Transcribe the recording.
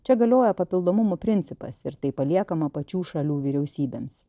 čia galioja papildomumo principas ir tai paliekama pačių šalių vyriausybėms